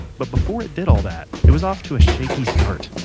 but before it did all that, it was off to a shaky start